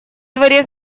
дворе